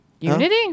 Unity